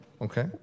Okay